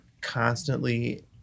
constantly